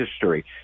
history